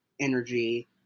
energy